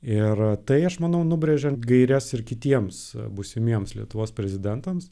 ir tai aš manau nubrėžė gaires ir kitiems būsimiems lietuvos prezidentams